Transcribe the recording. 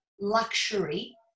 luxury